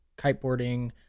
kiteboarding